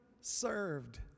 served